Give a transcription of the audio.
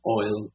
oil